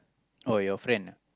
oh your friend ah